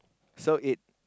so it